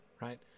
Right